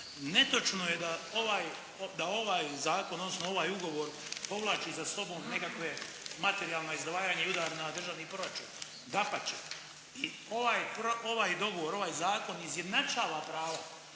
Netočno je da ovaj zakon, odnosno ovaj ugovor povlači za sebe nekakve materijalna izdvajanja i udar na Državni proračun. Dapače, i ovaj dogovor, ovaj zakon izjednačava prava